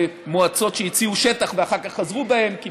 ומועצות שהציעו שטח ואחר כך חזרו בהן כי